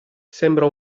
sembra